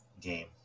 game